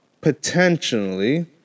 potentially